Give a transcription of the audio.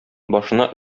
башына